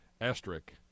asterisk